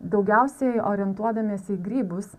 daugiausiai orientuodamiesi į grybus